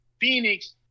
Phoenix